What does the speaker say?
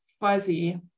fuzzy